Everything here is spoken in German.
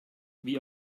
wie